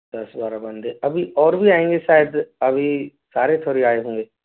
दस बारह बंदे अभी और भी आएंगे शायद अभी सारे थोड़ी आए होंगे